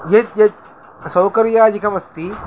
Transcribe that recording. यद् यद् सौकर्यादिकम् अस्ति